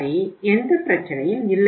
சரி எந்த பிரச்சனையும் இல்லை